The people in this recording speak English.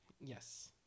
Yes